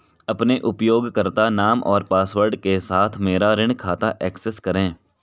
अपने उपयोगकर्ता नाम और पासवर्ड के साथ मेरा ऋण खाता एक्सेस करें